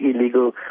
illegal